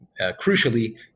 crucially